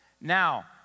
Now